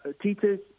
teachers